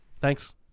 Thanks